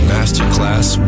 Masterclass